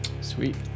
Sweet